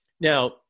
Now